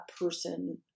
person